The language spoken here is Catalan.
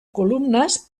columnes